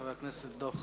חבר הכנסת דב חנין.